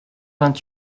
vingt